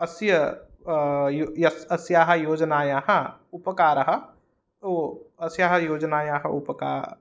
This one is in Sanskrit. अस्य यु यस् अस्याः योजनायाः उपकाराः उ अस्याः योजनायाः उपका